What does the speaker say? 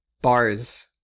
bars